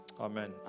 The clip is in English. amen